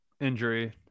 injury